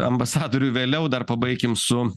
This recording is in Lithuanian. ambasadorių vėliau dar pabaikim su